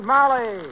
Molly